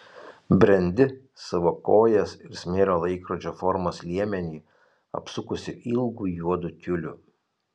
brendi savo kojas ir smėlio laikrodžio formos liemenį apsukusi ilgu juodu tiuliu